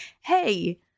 hey